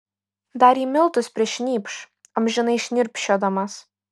dar į miltus prišnypš amžinai šnirpščiodamas